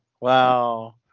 Wow